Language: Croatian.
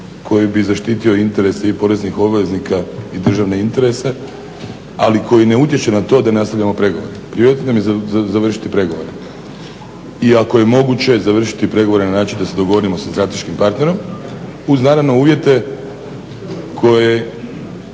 koji bi zaštitio interese i poreznih obveznika i državne interese ali koji ne utječe na to da nastavljamo pregovore. Prioritet nam je završiti pregovore. I ako je moguće završiti pregovore na način da se dogovorimo sa strateškim partnerom, uz naravno uvjete koji